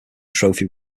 trophy